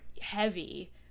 heavy